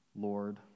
Lord